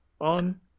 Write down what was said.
on